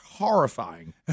horrifying